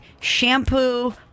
shampoo